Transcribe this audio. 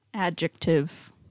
Adjective